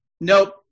nope